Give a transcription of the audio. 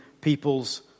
people's